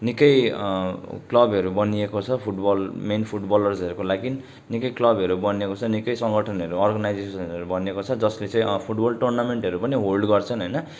निकै क्लबहरू बनिएको छ फुटबल मेन फुटबलर्सहरूको लागि निकै क्लबहरू बनिएको छ निकै सङ्गठनहरू अर्गनाइजेसनहरू बनिएको छ जसले चाहिँ फुटबल टुर्नामेन्टहरू पनि होल्ड गर्छन् होइन